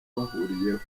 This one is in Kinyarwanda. bahuriyeho